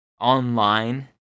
online